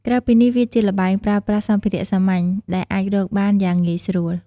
ក្រៅពីនេះ វាជាល្បែងប្រើប្រាស់សម្ភារៈសាមញ្ញ ដែលអាចរកបានយ៉ាងងាយស្រួល។